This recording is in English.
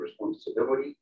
Responsibility